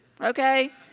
okay